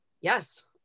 Yes